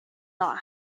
not